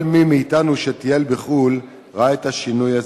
כל מי מאתנו שטייל בחו"ל ראה את השינוי הזה,